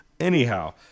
Anyhow